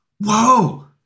Whoa